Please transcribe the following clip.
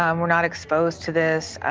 um are not exposed to this.